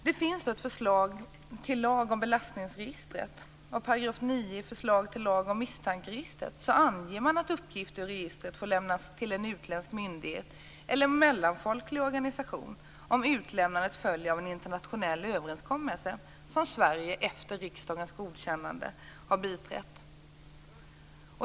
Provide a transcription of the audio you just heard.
Det finns ett förslag till lag om belastningsregistret. Och i § 9 i förslaget till lag om misstankeregistret anger man att uppgifter i registret får lämnas till en utländsk myndighet eller till en mellanfolklig organisation om utlämnandet följer av en internationell överenskommelse som Sverige efter riksdagens godkännande har biträtt.